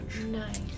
Nice